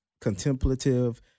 contemplative